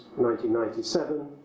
1997